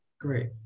Great